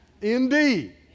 Indeed